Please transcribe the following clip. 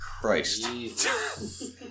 Christ